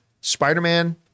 Spider-Man